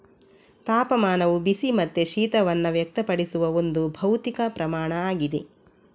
ತಾಪಮಾನವು ಬಿಸಿ ಮತ್ತೆ ಶೀತವನ್ನ ವ್ಯಕ್ತಪಡಿಸುವ ಒಂದು ಭೌತಿಕ ಪ್ರಮಾಣ ಆಗಿದೆ